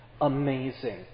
amazing